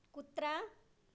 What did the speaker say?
कुत्रा